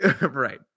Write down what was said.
Right